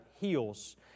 heals